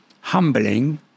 humbling